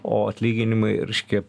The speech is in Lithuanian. o atlyginimai ir reiškia